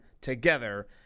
together